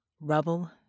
Rubble